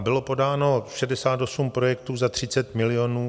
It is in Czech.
Bylo podáno 68 projektů za 30 milionů.